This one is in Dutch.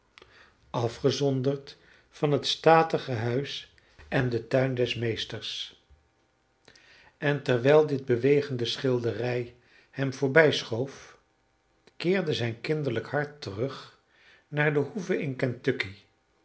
afgezonderd van het statige huis en den tuin des meesters en terwijl dit bewegende schilderij hem voorbijschoof keerde zijn kinderlijk hart terug naar de hoeve in